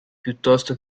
piuttosto